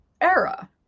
era